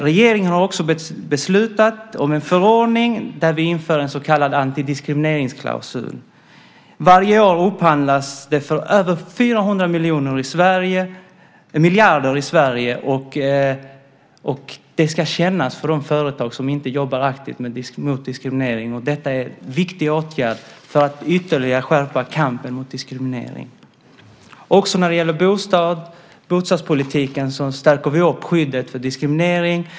Regeringen har också beslutat om en förordning där vi inför en så kallad antidiskrimineringsklausul. Varje år upphandlas det för över 400 miljarder i Sverige. Det ska kännas för de företag som inte jobbar aktivt mot diskriminering, och detta är en viktig åtgärd för att ytterligare skärpa kampen mot diskriminering. Också när det gäller bostadspolitiken stärker vi skyddet mot diskriminering.